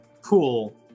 Cool